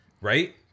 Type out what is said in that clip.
Right